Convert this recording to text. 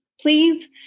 please